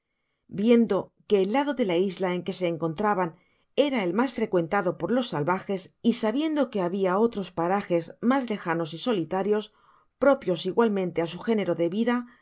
viendo que el lado de la isla en que se encontraban era el mas frecuentado por los salvajes y sabiendo que habia otros parajes mas lejanos y solitarias propios igualmente á su género de vida